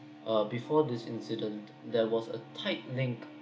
uh before this incident there was a tight link